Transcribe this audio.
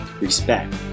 respect